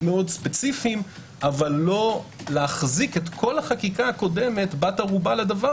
ספציפיים אבל לא להחזיק את כל החקיקה הקודמת בת ערובה לדבר